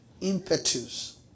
impetus